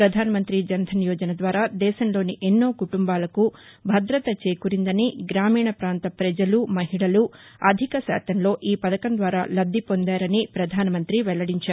ప్రధాసమంత్రి జన్ధన్ యోజన ద్వారా దేశంలోని ఎన్నో కుటుంబాలకు భద్రత చేకూరిందని గ్రామీణ ప్రాంత ప్రజలు మహిళలు అధిక శాతంలో ఈ పథకం ద్వారా లబ్ది పొందారని పధానమంత్రి వెల్లడించారు